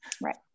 right